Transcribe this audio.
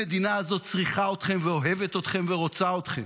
המדינה הזאת צריכה אתכם ואוהבת אתכם ורוצה אתכם.